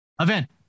event